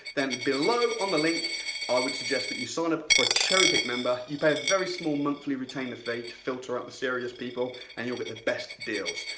then below on the link i would suggest that you sign up for a cherry picked member. you pay a very small monthly retainer to filter out the serious people, and you'll get the best deals.